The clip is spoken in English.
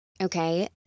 Okay